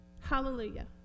Hallelujah